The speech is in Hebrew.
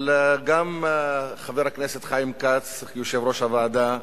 אבל חבר הכנסת חיים כץ, יושב-ראש הוועדה,